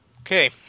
Okay